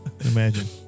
Imagine